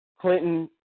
Clinton